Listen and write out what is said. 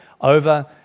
over